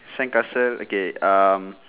sandcastle okay um